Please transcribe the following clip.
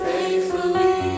Faithfully